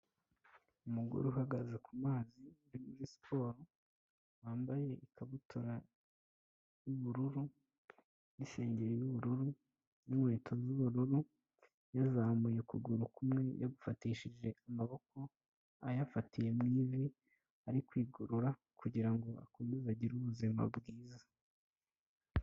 Umugore uhagaze ku mazi uri muri siporo wambaye ikabutura y'ubururu n'isengeri y'ubururu n'inkweto z'ubururu yazamuye ukuguru kumwe yagufatishije amaboko ayafatiye mu ivi ari kwigorora kugirango akomeze agire ubuzima bwiza.